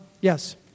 yes